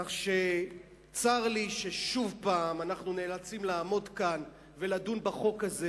כך שצר לי ששוב אנחנו נאלצים לעמוד כאן ולדון בחוק הזה.